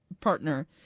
partner